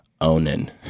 onan